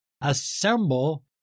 assemble